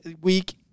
week